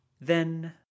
Then